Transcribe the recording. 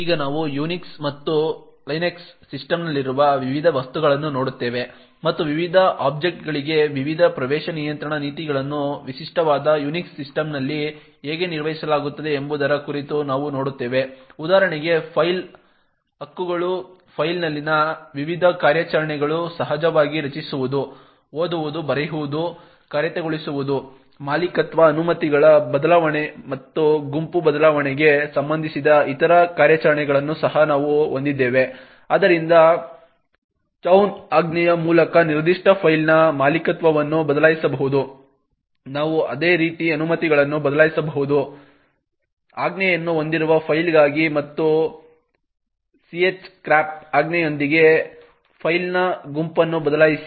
ಈಗ ನಾವು ಯುನಿಕ್ಸ್ ಮತ್ತು ಲಿನಕ್ಸ್ ಸಿಸ್ಟಮ್ನಲ್ಲಿರುವ ವಿವಿಧ ವಸ್ತುಗಳನ್ನು ನೋಡುತ್ತೇವೆ ಮತ್ತು ವಿವಿಧ ಆಬ್ಜೆಕ್ಟ್ಗಳಿಗೆ ವಿವಿಧ ಪ್ರವೇಶ ನಿಯಂತ್ರಣ ನೀತಿಗಳನ್ನು ವಿಶಿಷ್ಟವಾದ ಯುನಿಕ್ಸ್ ಸಿಸ್ಟಮ್ನಲ್ಲಿ ಹೇಗೆ ನಿರ್ವಹಿಸಲಾಗುತ್ತದೆ ಎಂಬುದರ ಕುರಿತು ನಾವು ನೋಡುತ್ತೇವೆ ಉದಾಹರಣೆಗೆ ಫೈಲ್ ಹಕ್ಕುಗಳು ಫೈಲ್ನಲ್ಲಿನ ವಿವಿಧ ಕಾರ್ಯಾಚರಣೆಗಳು ಸಹಜವಾಗಿ ರಚಿಸುವುದು ಓದುವುದು ಬರೆಯುವುದು ಕಾರ್ಯಗತಗೊಳಿಸುವುದು ಮಾಲೀಕತ್ವ ಅನುಮತಿಗಳ ಬದಲಾವಣೆ ಮತ್ತು ಗುಂಪು ಬದಲಾವಣೆಗೆ ಸಂಬಂಧಿಸಿದ ಇತರ ಕಾರ್ಯಾಚರಣೆಗಳನ್ನು ಸಹ ನಾವು ಹೊಂದಿದ್ದೇವೆ ಆದ್ದರಿಂದ ಚೌನ್ ಆಜ್ಞೆಯ ಮೂಲಕ ನಿರ್ದಿಷ್ಟ ಫೈಲ್ನ ಮಾಲೀಕತ್ವವನ್ನು ಬದಲಾಯಿಸಬಹುದು ನಾವು ಅದೇ ರೀತಿ ಅನುಮತಿಗಳನ್ನು ಬದಲಾಯಿಸಬಹುದು chmod ಆಜ್ಞೆಯನ್ನು ಹೊಂದಿರುವ ಫೈಲ್ಗಾಗಿ ಮತ್ತು chgrp ಆಜ್ಞೆಯೊಂದಿಗೆ ಫೈಲ್ನ ಗುಂಪನ್ನು ಬದಲಾಯಿಸಿ